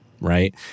right